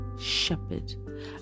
shepherd